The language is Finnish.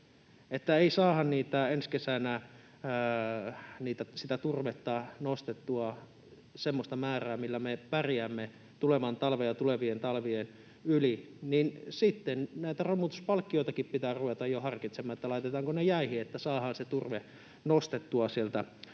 eikä saada ensi kesänä sitä turvetta nostettua semmoista määrää, millä me pärjäämme tulevan talven ja tulevien talvien yli, niin sitten pitää ruveta jo harkitsemaan, laitetaanko nämä romutuspalkkiotkin jäihin, että saadaan se turve nostettua